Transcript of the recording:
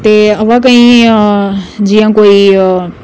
अबा जि'यां कोई